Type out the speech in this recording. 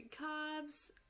carbs